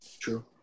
True